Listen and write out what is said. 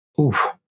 Oof